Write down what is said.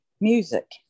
music